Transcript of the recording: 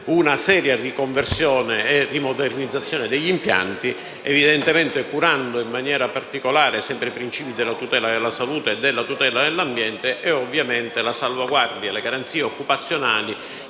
una seria riconversione e rimodernizzazione degli impianti, curando evidentemente in maniera particolare i principi della tutela della salute e dell'ambiente e, ovviamente, la salvaguardia e le garanzie occupazionali